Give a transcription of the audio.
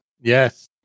Yes